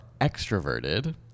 extroverted